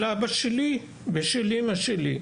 של אבא שלי ושל אימא שלי.